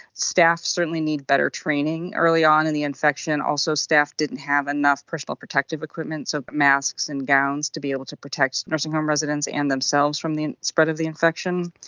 staff certainly need better training early on in the infection, also staff didn't have enough personal protective equipment, so masks and gowns to be able to protect nursing home residents and themselves from the spread of the infection.